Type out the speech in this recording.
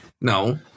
no